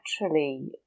Naturally